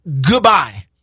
Goodbye